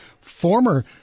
former